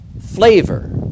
flavor